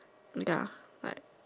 ya like